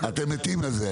אתם מתים על זה,